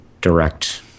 direct